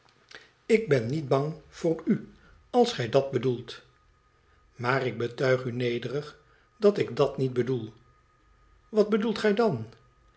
ik ben niet hang voor u als gij dat bedoelt maar ik betuig u nederig dat ik dat niet bedoel wat bedoelt gij dan